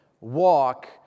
walk